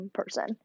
person